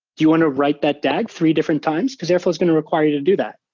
you want to write that dag three different times? because airflow is going to require you to do that,